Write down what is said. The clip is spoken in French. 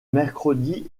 mercredi